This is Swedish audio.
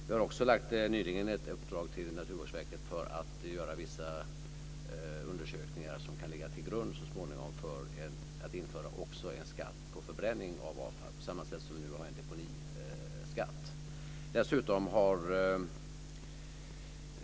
Vi har också nyligen givit Naturvårdsverket i uppdrag att göra vissa undersökningar som så småningom kan ligga till grund för att införa också en skatt på förbränning av avfall, på samma sätt som vi nu har en deponiskatt.